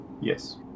Yes